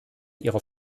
ihrer